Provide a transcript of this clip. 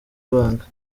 ibanga